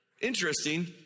Interesting